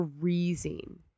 freezing